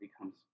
becomes